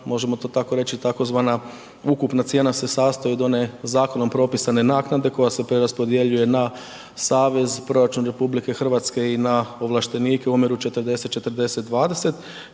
možemo to tako reći, tzv. ukupna cijena se sastoji od one zakonom propisane naknade koja se preraspodjeljuje na savez, proračun RH i na ovlaštenike u omjeru 40:40:20